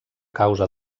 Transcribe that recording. causa